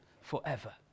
forever